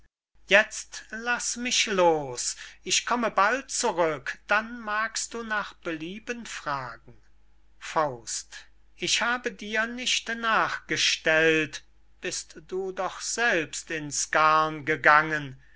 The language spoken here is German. jetzt laß mich los ich komme bald zurück dann magst du nach belieben fragen ich habe dir nicht nachgestellt bist du doch selbst ins garn gegangen